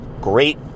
great